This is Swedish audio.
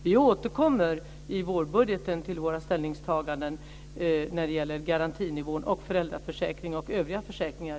Vi återkommer i vårbudgeten till våra ställningstaganden när det gäller garantinivå, föräldraförsäkring och övriga försäkringar.